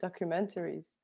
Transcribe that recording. documentaries